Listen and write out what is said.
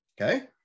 okay